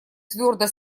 твердо